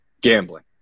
gambling